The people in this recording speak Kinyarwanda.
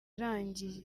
irangiye